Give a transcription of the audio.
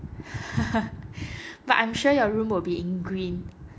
but I'm sure your room will be in green